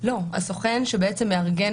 בנוהל יש התייחסות מאוד מפורטת